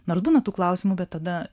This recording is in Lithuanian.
nors būna tų klausimų bet tada